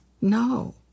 No